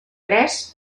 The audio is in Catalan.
tres